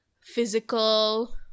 physical